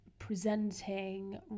presenting